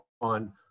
on